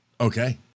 Okay